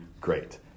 great